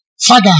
Father